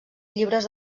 llibres